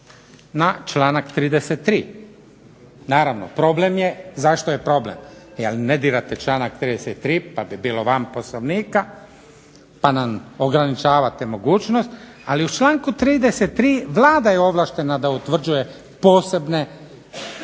na članak 33. Naravno problem je, zašto je problem? Jer ne dirate članak 33. pa bi bilo van Poslovnika, pa nam ograničavate mogućnost. Ali u članku 33. Vlada je ovlaštena da utvrđuje posebne proizvodnje